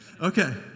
Okay